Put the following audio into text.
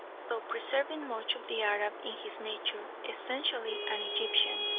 though preserving much of the arab in his nature, essentially an egyptian.